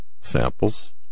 samples